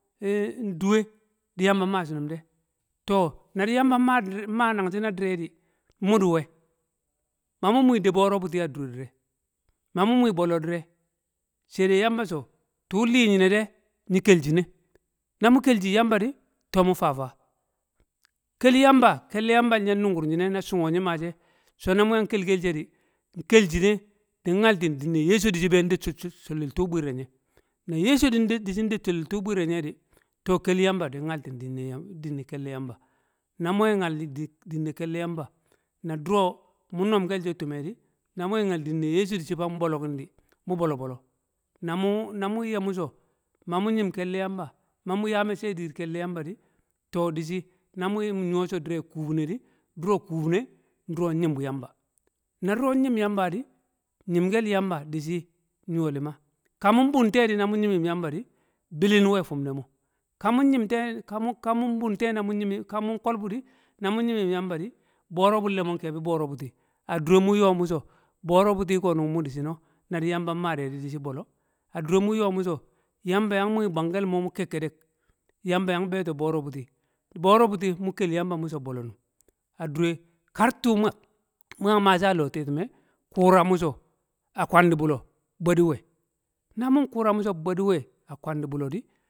Nduwe di yamba nmaa shinum de, to na di yamba nma dire nma nang shi na dire di, mu diwe, ma mu wmi de boro butu a dure dire, mamu wmi bole dire, saidai yamba so, tuun lii nyine de nyi kel shine, na mu kel shin yamba de to mu faafa kel yamba, kel yambal nye nungun nyine na chungye nyi maa she, so na mu yang kel kel she di, nkel shine din nyal tin dinne yesu di shi bwende sho- sho- sho sholil tuu bwiirē nye. Na yesu din de- dishin de sholil tuu bwiir ē nye di, to kel yamba din nyal tin din ne yam- din ne ne kelle yamba. Na wme nyal dinne kelle yamba na duro mu nomkel she tume di, na wme nyal dinne yesu dishi tang bolo kin di, mu bolo bolo. Namu na mu ye mu so. mamu nyim kelle yamba, mamu yaa mecce diir kelle yamba di to di shi na mun nyo so dire we kukune dio, duro kukunduro nyimbu yamba. Na duro nyim yamba di, nyim kel yamba di shi nyo lima. Ka wu mun bun nte di na mun nyim nyim yamba di, bidin nwe fum ne mo. Ka mun nyim tekamu kamu nbunte ka mun kol bu di, na mun nyim nyim, yamba di, boro bulle mo nkebi boro buti a dure mun yo mu so boro buti konung mu di shin ē, na di yamba maa de di, di shi bolo, a dure yo mu so yamba yang wmi bwang kel mo mu kekkedek yamba yang biyo to boro buti, boro buti musa bolo num a dure kar tuu mu yang ma shi m loo tetume, kura mu so, a kwandi bule bwedi nwe, na mun kura mu so bwedii nwe a kwandi bule di. na mun kura mu so bwedii nwe a kwandi bule